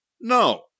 No